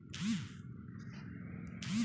bank क सुविधा आदमी घर बैइठले ले सकला